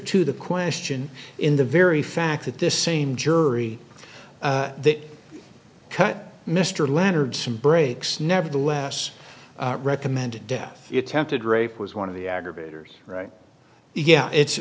to the question in the very fact that this same jury that cut mr leonard some breaks nevertheless recommended death tempted rape was one of the aggravators right yeah it's